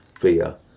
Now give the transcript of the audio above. via